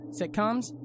sitcoms